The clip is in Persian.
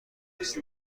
است